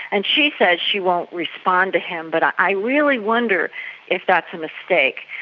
and she says she won't respond to him, but i really wonder if that's a mistake.